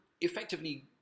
effectively